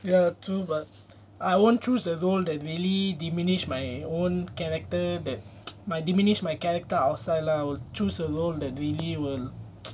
ya true but I won't choose the role that really diminished my own character that my diminished my character outside lah will choose a role that really will